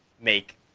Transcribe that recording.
make